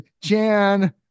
Jan